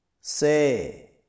Say